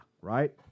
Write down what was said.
right